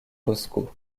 bosco